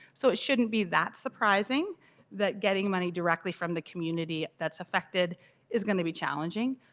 so it shouldn't be that surprising that getting money directly from the community that's affected is going to be challenging.